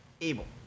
Abel